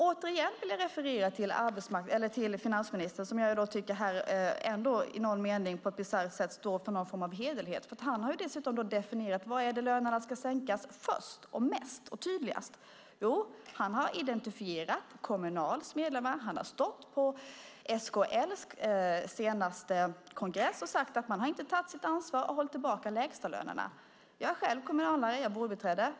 Återigen vill jag referera till finansministern som jag ändå tycker, i någon mening och på ett bisarrt sätt, står för någon form av hederlighet, för han har dessutom definierat var lönerna ska sänkas först, mest och tydligast. Han har identifierat Kommunals medlemmar. Han har stått på SKL:s senaste kongress och sagt att man inte har tagit sitt ansvar och hållit tillbaka lägstalönerna. Jag är själv vårdbiträde och kommunalare.